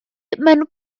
mewn